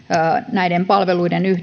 näiden palveluiden